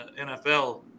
NFL